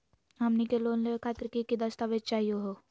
हमनी के लोन लेवे खातीर की की दस्तावेज चाहीयो हो?